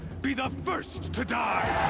be the first to die!